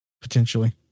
potentially